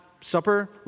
supper